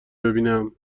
ببینم